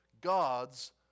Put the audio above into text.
God's